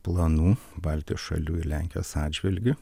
planų baltijos šalių ir lenkijos atžvilgiu